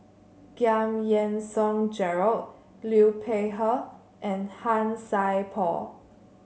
Giam Yean Song Gerald Liu Peihe and Han Sai Por